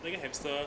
那个 hamster